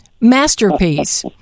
masterpiece